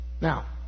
Now